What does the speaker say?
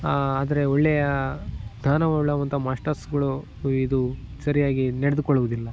ಆದರೆ ಒಳ್ಳೆಯ ಜ್ಞಾನವುಳ್ಳಂಥ ಮಾಸ್ಟರ್ಸ್ಗಳು ಇದು ಸರಿಯಾಗಿ ನಡೆದುಕೊಳ್ಳುವುದಿಲ್ಲ